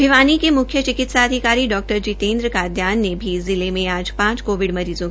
भिवानी के मुख्य चिकित्सा अधिकारी डा जितेन्द्र कादियान ने भी जिले में आज पांच कोविड मरीज़ों